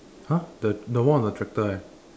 !huh! the the one on the tractor eh